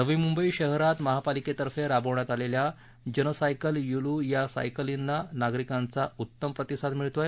नवी मुंबई शहरात महापालिकेतफे राबविण्यात आलेल्या जनसायकल यूलू या सायकलींना नागरिकांचा उत्तम प्रतिसाद मिळत आहे